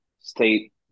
state